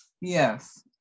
Yes